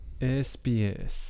SBS